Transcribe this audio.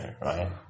right